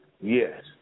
Yes